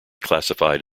classified